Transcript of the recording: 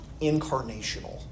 incarnational